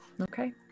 Okay